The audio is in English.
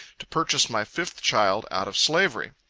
to purchase my fifth child out of slavery.